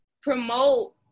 promote